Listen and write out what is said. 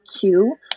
two